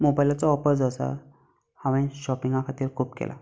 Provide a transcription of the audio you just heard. मोबायलाचो वापर जो आसा हांवें शॉपिंगा खातीर खूब केला